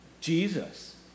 Jesus